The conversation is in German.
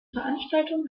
veranstaltung